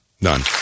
None